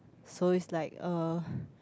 so it's like uh